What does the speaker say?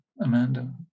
Amanda